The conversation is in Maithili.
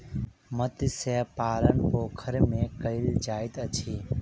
मत्स्य पालन पोखैर में कायल जाइत अछि